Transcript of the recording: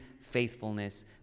faithfulness